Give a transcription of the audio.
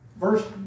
Verse